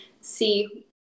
see